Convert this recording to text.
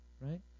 right